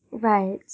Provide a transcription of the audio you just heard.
Right